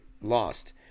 lost